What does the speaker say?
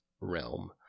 realm